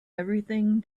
everything